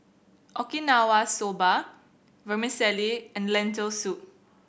Okinawa Soba Vermicelli and Lentil Soup